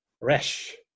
resh